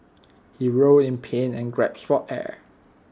he roll in pain and for air